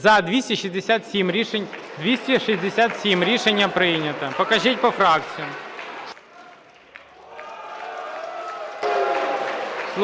За-267 Рішення прийнято. Покажіть по фракціях.